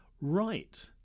Right